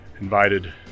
invited